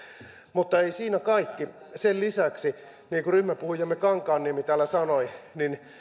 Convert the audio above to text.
mutta ei siinä kaikki sen lisäksi niin kuin ryhmäpuhujamme kankaanniemi täällä sanoi perussuomalaiset